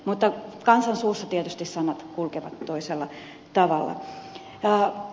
mutta kansan suussa tietysti sanat kulkevat toisella tavalla